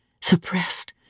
suppressed